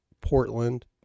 portland